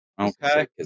Okay